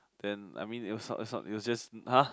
then I mean it was not it was not it was just !huh!